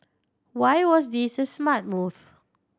why was this a smart move